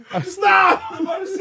Stop